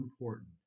important